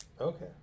Okay